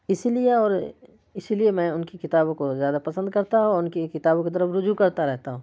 اسی لیے اور اسی لیے میں ان کی کتابوں کو زیادہ پسند کرتا ہوں اور ان کی کتابوں کی طرح رجوع کرتا رہتا ہوں